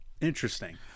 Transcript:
Interesting